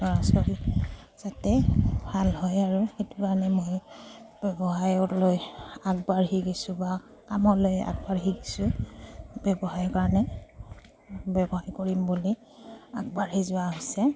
ল'ৰা ছোৱালী যাতে ভাল হয় আৰু সেইটো কাৰণে মই ব্যৱসায়লৈ আগবাঢ়ি গৈছোঁ বা কামলৈ আগবাঢ়ি গৈছোঁ ব্যৱসায়ৰ কাৰণে ব্যৱসায় কৰিম বুলি আগবাঢ়ি যোৱা হৈছে